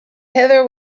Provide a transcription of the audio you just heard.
heather